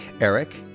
eric